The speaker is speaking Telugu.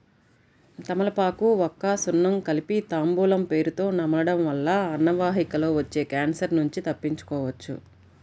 తమలపాకు, వక్క, సున్నం కలిపి తాంబూలం పేరుతొ నమలడం వల్ల అన్నవాహికలో వచ్చే క్యాన్సర్ నుంచి తప్పించుకోవచ్చు